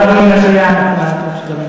מה אדוני מציע מבחינה פרוצדורלית?